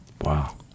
Wow